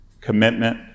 commitment